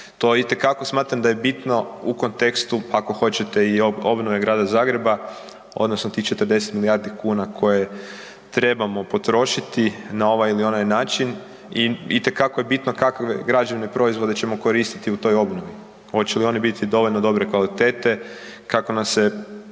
To itekako smatram da je bitno u kontekstu, pa ako hoćete i obnove Grada Zagreba odnosno tih 40 milijardi kuna koje trebamo potrošiti na ovaj ili onaj način itekako je bitno kakve građevne proizvode ćemo koristiti u toj obnovi, oće li one biti dovoljno dobre kvalitete, kako nam se,